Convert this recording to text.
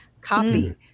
copy